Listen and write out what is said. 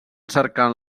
cercant